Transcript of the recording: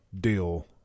deal